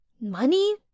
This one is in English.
Money